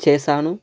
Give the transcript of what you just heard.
చేశాను